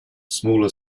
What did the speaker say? smaller